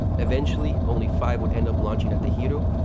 eventually, only five would end up launching at the hiryu,